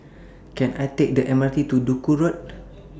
Can I Take The M R T to Duku Road